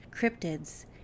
cryptids